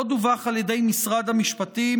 לא דווח על ידי משרד המשפטים,